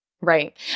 Right